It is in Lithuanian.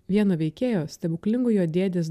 vieno veikėjo stebuklingojo dėdės